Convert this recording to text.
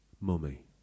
Mummy